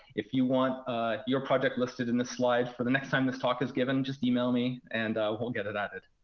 if you want your project listed in this slide for the next time this talk is given, just email me and we'll get it added.